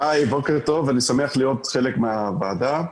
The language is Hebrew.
אני שמח להיות חלק מהוועדה.